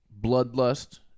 bloodlust